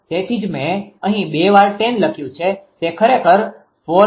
તેથી જ મે અહી બે વાર tan લખ્યું છે તે ખરેખર 432